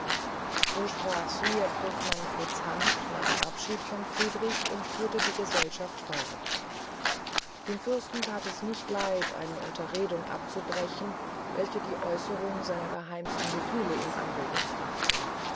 so sprach sie ergrif manfreds hand nahm abschied von friedrich und führte die gesellschaft fort dem fürsten that es nicht leid eine unterredung abzubrechen welche die aeußerung seiner geheimsten gefühle in anregung brachte